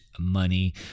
money